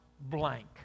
blank